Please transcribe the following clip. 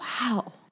Wow